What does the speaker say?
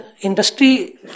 industry